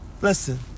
Listen